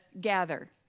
gather